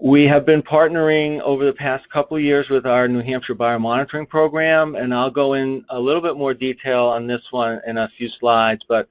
we have been partnering over the past couple of years with our new hampshire biomonitoring program. and i'll go in a little bit more detail on this one in a few slides, but